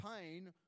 pain